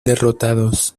derrotados